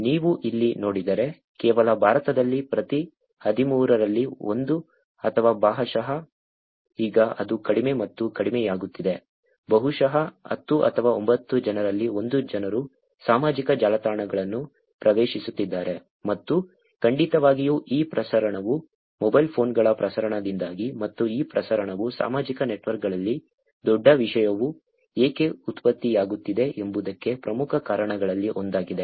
ನೀವು ಇಲ್ಲಿ ನೋಡಿದರೆ ಕೇವಲ ಭಾರತದಲ್ಲಿ ಪ್ರತಿ 13 ರಲ್ಲಿ 1 ಅಥವಾ ಬಹುಶಃ ಈಗ ಅದು ಕಡಿಮೆ ಮತ್ತು ಕಡಿಮೆಯಾಗುತ್ತಿದೆ ಬಹುಶಃ 10 ಅಥವಾ 9 ಜನರಲ್ಲಿ 1 ಜನರು ಸಾಮಾಜಿಕ ಜಾಲತಾಣಗಳನ್ನು ಪ್ರವೇಶಿಸುತ್ತಿದ್ದಾರೆ ಮತ್ತು ಖಂಡಿತವಾಗಿಯೂ ಈ ಪ್ರಸರಣವು ಮೊಬೈಲ್ ಫೋನ್ಗಳ ಪ್ರಸರಣದಿಂದಾಗಿ ಮತ್ತು ಈ ಪ್ರಸರಣವು ಸಾಮಾಜಿಕ ನೆಟ್ವರ್ಕ್ಗಳಲ್ಲಿ ದೊಡ್ಡ ವಿಷಯವು ಏಕೆ ಉತ್ಪತ್ತಿಯಾಗುತ್ತಿದೆ ಎಂಬುದಕ್ಕೆ ಪ್ರಮುಖ ಕಾರಣಗಳಲ್ಲಿ ಒಂದಾಗಿದೆ